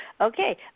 Okay